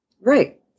Right